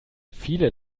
viele